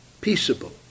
peaceable